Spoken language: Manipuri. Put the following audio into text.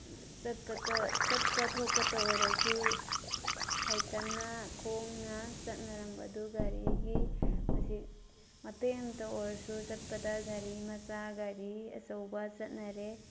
ꯆꯠꯄꯇ ꯆꯠꯄ ꯊꯣꯛꯄꯇ ꯑꯣꯏꯔꯁꯨ ꯁꯥꯏꯀꯟꯅ ꯈꯣꯡꯅ ꯆꯠꯅꯔꯝꯕꯗꯨ ꯒꯥꯔꯤꯒꯤ ꯍꯧꯖꯤꯛ ꯃꯇꯦꯛ ꯑꯝꯇ ꯑꯣꯏꯔꯁꯨ ꯆꯠꯄꯗ ꯒꯥꯔꯤ ꯃꯆꯥ ꯒꯥꯔꯤ ꯑꯆꯧꯕ ꯆꯠꯅꯔꯦ